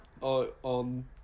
on